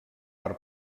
per